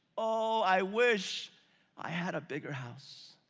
oh i wish i had a bigger house.